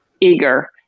eager